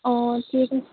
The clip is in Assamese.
অঁ ঠিক আছ